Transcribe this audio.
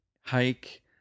hike